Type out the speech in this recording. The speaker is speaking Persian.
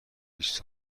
بیست